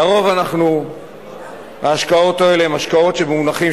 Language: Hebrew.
לרוב ההשקעות האלה הן השקעות שבמונחים